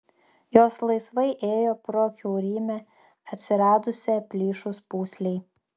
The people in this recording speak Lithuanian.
jos laisvai ėjo pro kiaurymę atsiradusią plyšus pūslei